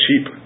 cheap